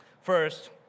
First